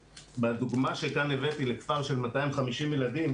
בדוגמא שכאן הבאתי לכפר של 250 ילדים,